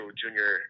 junior